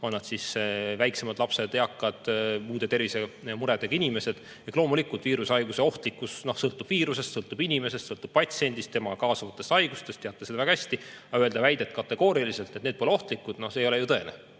on need väiksemad lapsed, eakad või muude tervisemuredega inimesed. Loomulikult, viirushaiguse ohtlikkus sõltub viirusest, sõltub inimesest, sõltub patsiendist ja tema kaasuvatest haigustest. Te teate seda väga hästi. Aga öelda kategooriliselt, et need pole ohtlikud – no see ei ole ju tõene.